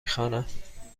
خوانم